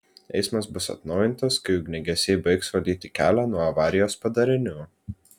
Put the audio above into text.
eismas bus atnaujintas kai ugniagesiai baigs valyti kelią nuo avarijos padarinių